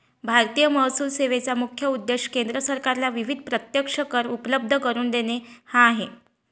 भारतीय महसूल सेवेचा मुख्य उद्देश केंद्र सरकारला विविध प्रत्यक्ष कर उपलब्ध करून देणे हा आहे